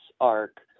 arc